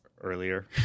earlier